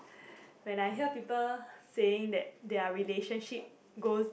when I hear people saying that their relationship go